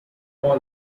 all